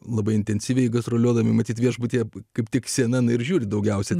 labai intensyviai gastroliuodami matyt viešbutyje kaip tik senam ir žiūri daugiausiai